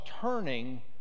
turning